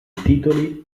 titoli